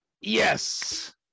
Yes